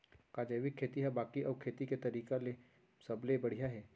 का जैविक खेती हा बाकी अऊ खेती के तरीका ले सबले बढ़िया हे?